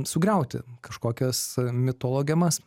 sugriauti kažkokias mitologemas